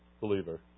believer